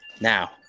now